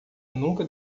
nunca